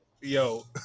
Yo